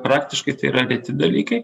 praktiškai tai yra reti dalykai